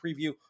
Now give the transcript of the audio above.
preview